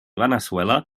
veneçuela